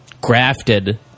grafted